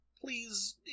please